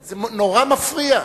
זה נורא מפריע.